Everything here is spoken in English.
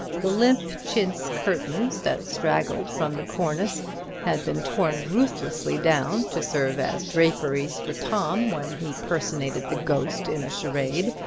the limp chintz curtains that straggled from the cornice had been torn ruthlessly down to serve as draperies for tom when he personated the ghost in a charade,